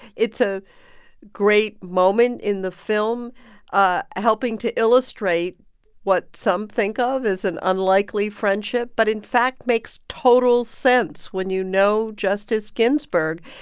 it's a great moment in the film ah helping to illustrate what some think of as an unlikely friendship but in fact makes total sense. when you know justice ginsburg,